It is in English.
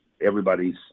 everybody's